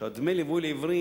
דמי ליווי לעיוורים